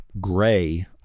gray